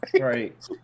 Right